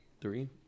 Three